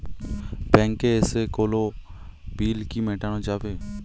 ব্যাংকে এসে কোনো বিল কি মেটানো যাবে?